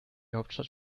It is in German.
hauptstadt